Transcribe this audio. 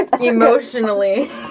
Emotionally